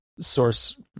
source